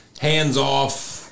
hands-off